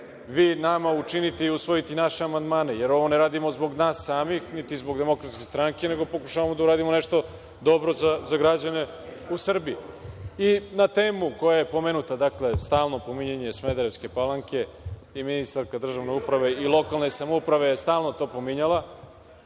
vi nama učiniti i usvojiti naše amandmane, jer ovo ne radimo zbog nas samih, niti zbog DS, nego pokušavamo da uradimo nešto dobro za građane u Srbiji.I, na temu koja je pomenuta, stalno pominjanje Smederevske Palanke i ministarka državne uprave i lokalne samouprave stalno je to pominjala,